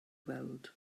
weld